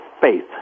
faith